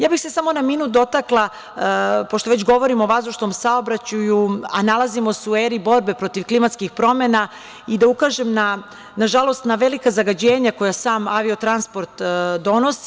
Ja bih se samo na minut dotakla, pošto već govorimo o vazdušnom saobraćaju, a nalazimo se u eri borbe protiv klimatskih promena i da ukažem na, nažalost, velika zagađenja koja sam avio-transport donosi.